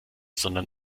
sondern